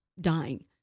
dying